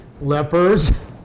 lepers